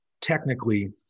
technically